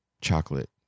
chocolate